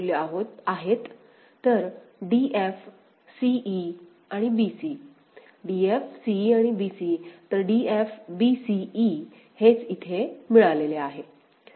तर d f c e आणि b c d f c e आणि b c तर d f b c e हेच इथे मिळालेले आहे